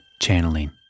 Channeling